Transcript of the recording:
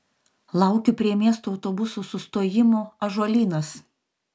laukiu prie miesto autobusų sustojimo ąžuolynas